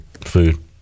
food